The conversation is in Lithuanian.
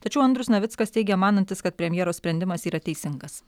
tačiau andrius navickas teigė manantis kad premjero sprendimas yra teisingas